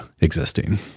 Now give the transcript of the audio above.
existing